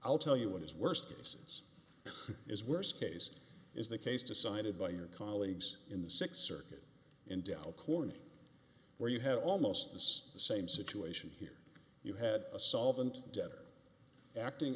i'll tell you what his worst cases is worst case is the case decided by your colleagues in the sixth circuit in dow corning where you had almost this same situation here you had a solvent debtor acting